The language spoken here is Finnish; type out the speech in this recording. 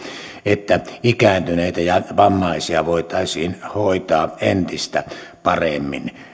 että ikääntyneitä ja vammaisia voitaisiin hoitaa entistä paremmin